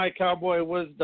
MyCowboyWisdom